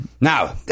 Now